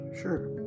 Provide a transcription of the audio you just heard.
Sure